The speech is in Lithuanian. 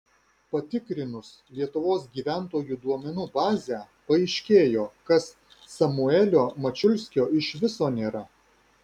patikrinus lietuvos gyventojų duomenų bazę paaiškėjo kas samuelio mačiulskio iš viso nėra